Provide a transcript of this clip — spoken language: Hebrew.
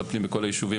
ביישובים